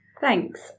Thanks